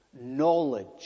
knowledge